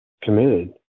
committed